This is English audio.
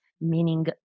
meaning